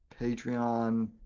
patreon